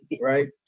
right